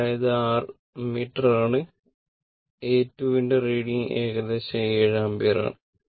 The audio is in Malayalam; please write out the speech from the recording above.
അതിനാൽ ഇത് r ammeter r ആണ് ammeter A 2 ന്റെ റീഡിംഗ് ഇത് ഏകദേശം 7 ആമ്പിയറാണ്